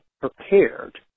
prepared